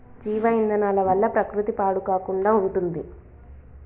జీవ ఇంధనాల వల్ల ప్రకృతి పాడు కాకుండా ఉంటుంది